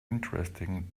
interesting